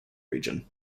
region